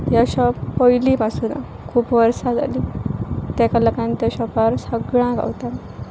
ह्यां शॉप पयलीं पासून आसा खूब वर्सां जालीं तेका लागोन त्या शॉपार सगळां गावता